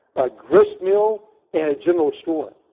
a gristmill, and a general store.